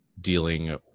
dealing